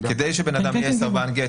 שבן-אדם יהיה סרבן גט,